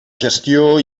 gestió